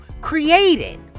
created